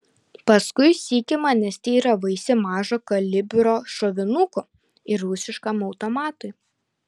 paskui sykį manęs teiravaisi mažo kalibro šovinukų ir rusiškam automatui